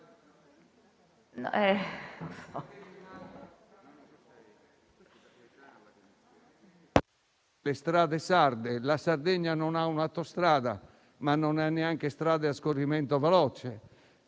le strade sarde, la Sardegna non ha un'autostrada, ma non ha neanche strade a scorrimento veloce: